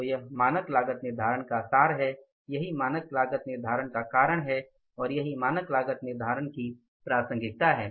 तो यह मानक लागत निर्धारण का सार है यही मानक लागत निर्धारण का कारण है और यही मानक लागत निर्धारण की प्रासंगिकता है